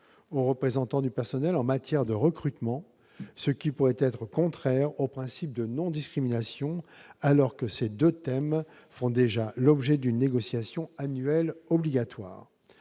aux représentants du personnel en matière de recrutement, ce qui pourrait être contraire au principe de non-discrimination, alors que ces deux thèmes font déjà l'objet d'une négociation annuelle obligatoire.